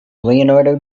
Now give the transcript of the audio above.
leonardo